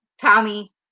Tommy